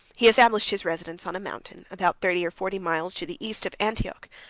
he established his residence on a mountain, about thirty or forty miles to the east of antioch.